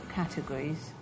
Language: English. categories